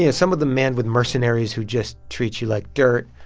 yeah some of the men with mercenaries who just treat you like dirt.